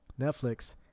Netflix